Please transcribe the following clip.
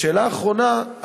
שאלה אחרונה,